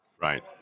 Right